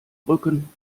rücken